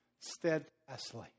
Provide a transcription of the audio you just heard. steadfastly